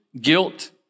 Guilt